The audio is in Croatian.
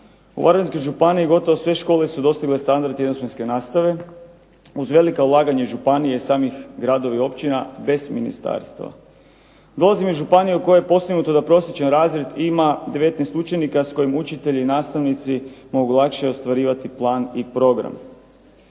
U Varaždinskoj županiji gotovo sve škole su dostigle standard jedno smjenske nastave uz velika ulaganja županije i samih gradova i općina bez ministarstva. Dolazim iz županije u kojoj je postignuto da prosječan razred ima 19 učenika s kojim učitelji, nastavnici mogu lakše ostvarivati plan i program.